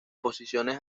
posiciones